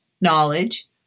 knowledge